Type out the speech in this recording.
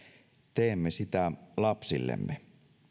teemme sitä lapsillemme